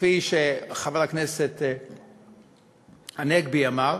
כפי שחבר הכנסת הנגבי אמר,